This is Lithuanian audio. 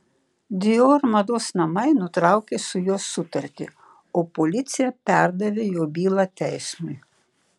dior mados namai nutraukė su juo sutartį o policija perdavė jo bylą teismui